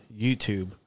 YouTube